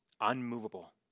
unmovable